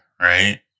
right